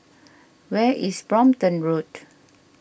where is Brompton Road